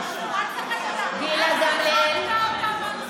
זאת המדינה של מנסור עבאס.